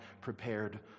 prepared